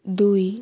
ଦୁଇ